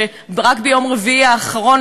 שרק ביום רביעי האחרון,